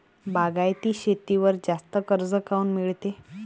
बागायती शेतीवर जास्त कर्ज काऊन मिळते?